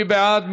מי בעד?